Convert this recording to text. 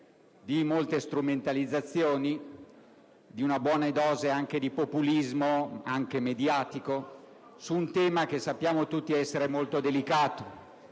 di molte strumentalizzazioni e di una buona dose di populismo, anche mediatico, su un tema che sappiamo tutti essere molto delicato.